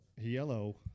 Yellow